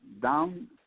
down